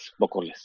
bocoles